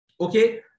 Okay